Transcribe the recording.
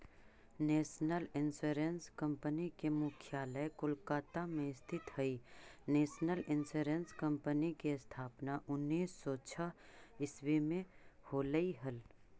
national Insurance Company के मुख्यालय कोलकाता में स्थित हइ नेशनल इंश्योरेंस कंपनी के स्थापना उन्नीस सौ छः ईसवी में होलई हल